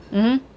mmhmm